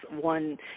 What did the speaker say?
one